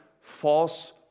false